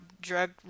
drug